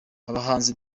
abahanzi